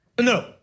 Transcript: No